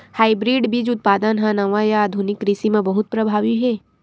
hybrid बीज उत्पादन हा नवा या आधुनिक कृषि मा बहुत प्रभावी हे